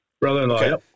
Brother-in-law